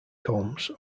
combs